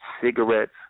cigarettes